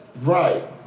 Right